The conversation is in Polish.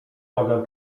mogę